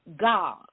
God